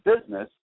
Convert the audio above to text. business